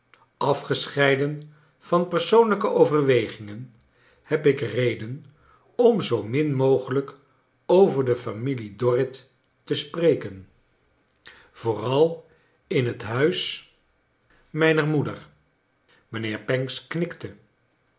afgescheiden van persoonlijke overwegingen heb ik reden om zoo min mogelijk over de familie dorrit te spreken vooral in het huis charles dickens mijner nioeder mijnheer pancks knikte